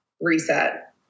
reset